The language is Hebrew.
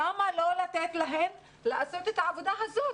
למה לא לתת להן לעשות את העבודה הזאת?